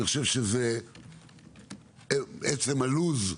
אני חושב שזה עצם לוח הזמנים